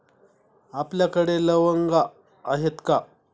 आपल्याकडे लवंगा आहेत का?